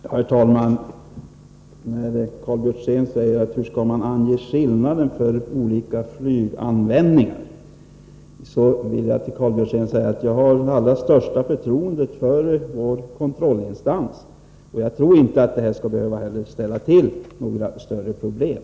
Herr talman! Karl Björzén frågar hur man skall ange skillnaden för olika flyganvändningar. Jag vill svara honom att jag har det allra största förtroende för vår kontrollinstans. Jag tror inte heller att ändringen skall behöva ställa till några större problem.